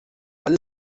weil